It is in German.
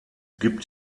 gibt